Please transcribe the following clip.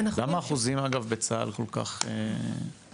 למה האחוזים אגב בצה"ל כל כך נמוכים,